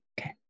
Okay